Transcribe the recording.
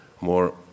more